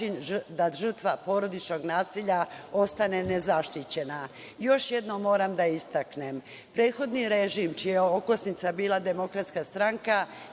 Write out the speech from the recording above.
da žrtva porodičnog nasilja ostane nezaštićena. Još jednom moram da istaknem, prethodni režim, čija je okosnica bila DS, je doneo